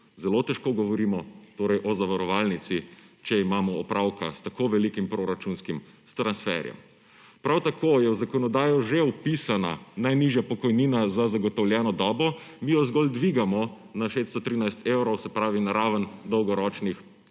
Zelo težko govorimo torej o zavarovalnici, če imamo opravka s tako velikim proračunskim transferjem. Prav tako je v zakonodajo že vpisana najnižja pokojnina za zagotovljeno dobo, mi jo zgolj dvigamo na 613 evrov, se pravi na raven dolgoročnih